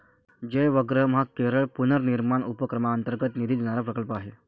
जयवग्रहम हा केरळ पुनर्निर्माण उपक्रमांतर्गत निधी देणारा प्रकल्प आहे